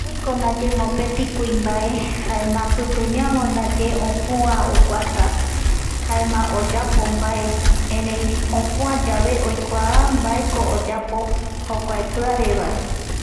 Oiko ndaye mopeti kuimbae jaema pituñavo ndaye opua oguata jaema oyapo mbae erei opuayave oikuaa mbakoe oyapo jokuae piarevae